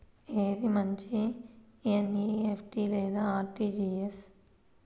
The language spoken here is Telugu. ఏది మంచి ఎన్.ఈ.ఎఫ్.టీ లేదా అర్.టీ.జీ.ఎస్?